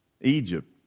Egypt